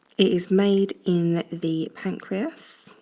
is made in the pancreas